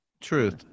Truth